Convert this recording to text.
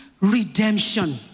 redemption